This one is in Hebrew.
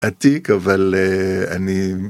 עתיק אבל אני